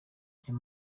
niyo